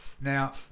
now